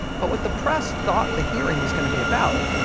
but what the press thought the hearing was going to be about.